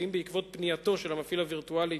ואם בעקבות פנייתו של המפעיל הווירטואלי